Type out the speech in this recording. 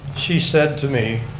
she said to me,